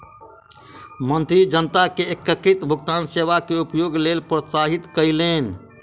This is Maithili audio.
मंत्री जनता के एकीकृत भुगतान सेवा के उपयोगक लेल प्रोत्साहित कयलैन